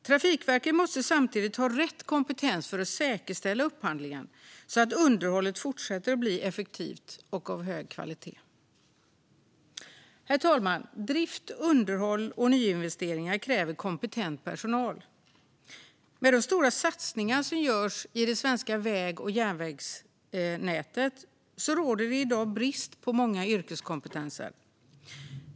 Trafikverket måste samtidigt ha rätt kompetens för att säkerställa upphandlingen så att underhållet förblir effektivt och av hög kvalitet. Herr talman! Drift, underhåll och nyinvesteringar kräver kompetent personal. Med de stora satsningar som görs i det svenska väg och järnvägsnätet råder det i dag brist på många yrkeskompetenser.